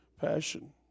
passion